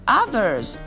others